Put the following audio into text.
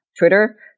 Twitter